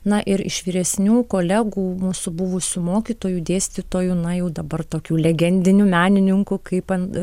na ir iš vyresnių kolegų mūsų buvusių mokytojų dėstytojų na jau dabar tokių legendinių menininkų kaip ant